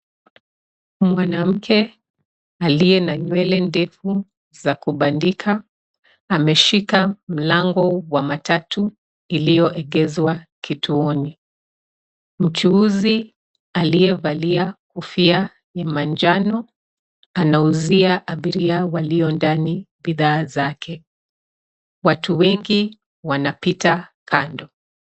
Mwanamke aliye na nywele ndefu za kubandika ameshika mlango wa matatu iliyoegezwa kituoni. Mchuuzi aliyevalia kofia ya manjano anauzia abiria walio ndani bidhaa zake. Watu wengi wanapita kando.